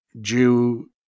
Jew